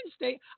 Wednesday